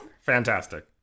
Fantastic